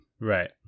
Right